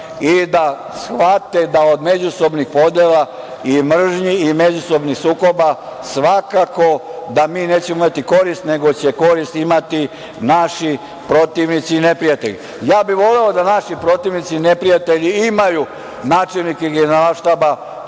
i da shvate od međusobnih podela i mržnji i međusobnih sukoba svakako da mi nećemo imati korist, nego će korist imati naši protivnici i neprijatelji. Ja bih voleo da naši protivnici, neprijatelji imaju načelnike generalštaba,